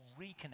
reconnect